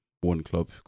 one-club